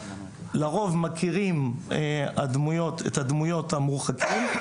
לרוב מכירים את הדמויות המורחקות.